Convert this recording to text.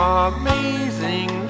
amazing